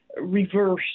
reverse